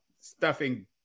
stuffing